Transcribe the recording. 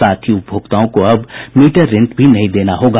साथ ही उपभोक्ताओं को अब मीटर रेंट भी नहीं देना होगा